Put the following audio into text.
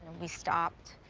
we stopped.